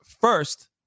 first